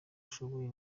ashoboye